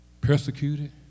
persecuted